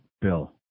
Bill